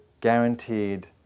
guaranteed